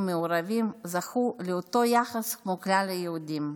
מעורבים זכו לאותו יחס כמו כלל היהודים.